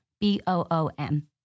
B-O-O-M